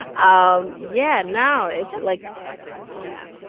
ah um yeah. no, it's like yeah